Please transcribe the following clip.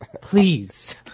please